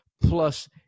Plus